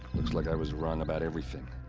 looks like i was wrong about everything.